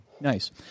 Nice